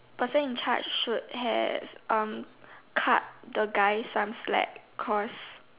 person in charge should have um cut the guy some slack cause